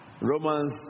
Romans